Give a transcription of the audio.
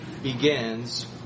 begins